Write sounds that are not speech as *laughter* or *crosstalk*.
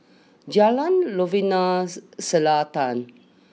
Jalan Novena *unintelligible* Selatan